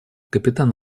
капитан